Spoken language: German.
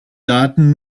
daten